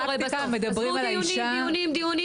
עזבו דיונים דיונים דיונים.